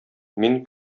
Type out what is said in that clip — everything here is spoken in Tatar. мин